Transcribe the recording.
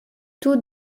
tous